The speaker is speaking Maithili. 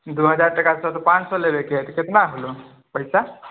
दू हज़ार टका सॅं तऽ पाँच सए लेबय के है तऽ कितना होलों पैसा